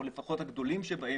או לפחות הגדולים שבהם,